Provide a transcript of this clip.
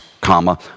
comma